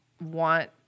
want